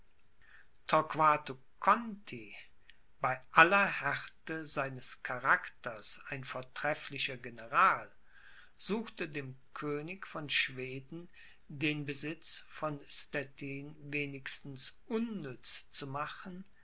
bei aller härte seines charakters ein vortrefflicher general suchte dem könig von schweden den besitz von stettin wenigstens unnütz zu machen